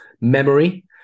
memory